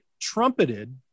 trumpeted